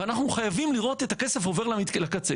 ואנחנו חייבים לראות את הכסף עובר לקצה.